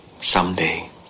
someday